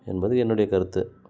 என்பது என்னுடைய கருத்து